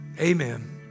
amen